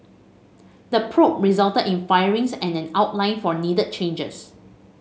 the probe resulted in firings and an outline for needed changes